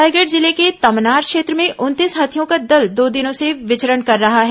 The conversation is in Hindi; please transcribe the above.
रायगढ़ जिले के तमनार क्षेत्र में उनतीस हाथियों का दल दो दिनों से विचरण कर रहा है